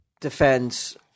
defends